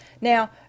Now